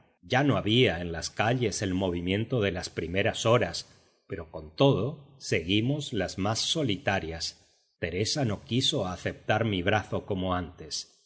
ya no había en las calles el movimiento de las primeras horas pero con todo seguimos las más solitarias teresa no quiso aceptar mi brazo como antes